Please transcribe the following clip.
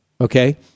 Okay